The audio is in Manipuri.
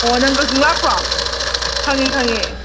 ꯑꯣ ꯅꯪ ꯀꯥꯛꯆꯤꯡ ꯂꯥꯛꯄ꯭ꯔꯣ ꯈꯪꯉꯦ ꯈꯪꯉꯦ